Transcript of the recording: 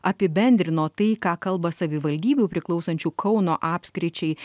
apibendrino tai ką kalba savivaldybių priklausančių kauno apskričiai